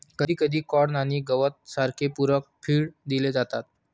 कधीकधी कॉर्न आणि गवत सारखे पूरक फीड दिले जातात